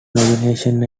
nomination